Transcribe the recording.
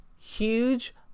huge